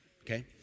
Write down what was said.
Okay